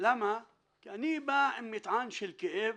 כי בא עם מטען של כאב